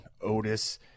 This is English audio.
Otis